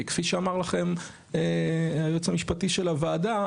כי כפי שאמר לכם היועץ המשפטי של הוועדה,